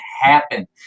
happen